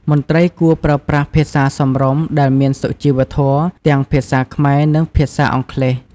មន្ត្រីគួរប្រើប្រាស់ភាសារសមរម្យដែលមានសុជីវធម៌ ទាំងភាសាខ្មែរ និងភាសាអង់គ្លេស ។